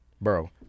Bro